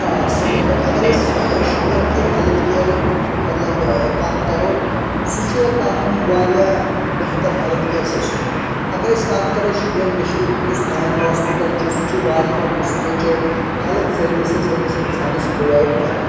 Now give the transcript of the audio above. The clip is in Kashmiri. آ صحیٖح کتھ اگر أسۍ شُپینہٕ کہِ ہٮ۪لتھ کِیرُک مطلب کتھ کرو سُہ چھُ تاہم واریاہ بہتر ہٮ۪لتھ کِیر سِسٹم اگرأسۍ کتھ کرو شُپین ڈِسٹکُک یُس مین ہاسپٹل چھُ سُہ چھُ واریاہو قٔسمچو ہٮ۪لتھ سٔروِزِس أکِس اِنسانس پرووایِڈ کران